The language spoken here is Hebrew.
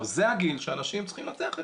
זה הגיל שאנשים צריכים לצאת ליהנות,